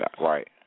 Right